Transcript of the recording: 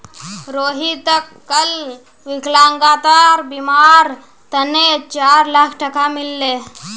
रोहितक कल विकलांगतार बीमार तने चार लाख टका मिल ले